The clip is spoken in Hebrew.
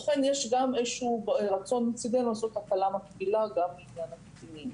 לכן יש גם איזשהו רצון מצידנו לעשות הקלה מקבילה גם בעניין הקטינים.